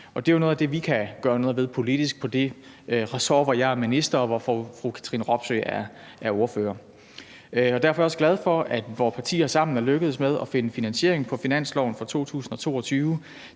det er jo noget af det, vi kan gøre noget ved politisk på det ressort, hvor jeg er minister, og som fru Katrine Robsøe er ordfører for. Derfor er jeg også glad for, at vore partier sammen er lykkedes med at finde finansiering på finansloven for 2022